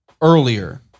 earlier